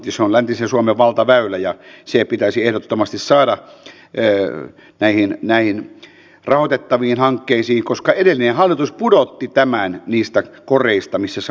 se on läntisen suomen valtaväylä ja se pitäisi ehdottomasti saada näihin rahoitettaviin hankkeisiin koska edellinen hallitus pudotti tämän niistä koreista missä se aikaisemmin oli